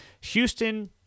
Houston